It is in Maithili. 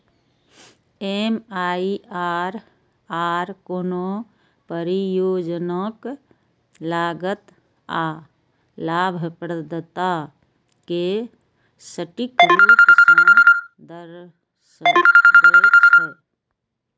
एम.आई.आर.आर कोनो परियोजनाक लागत आ लाभप्रदता कें सटीक रूप सं दर्शाबै छै